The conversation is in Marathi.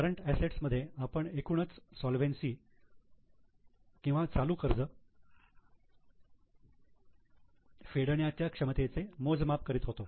करंट असेट्स मध्ये आपण एकूणच सोलवेन्सी किंवा चालू कर्ज फेडण्याच्या क्षमतेचे मोजमाप करीत होतो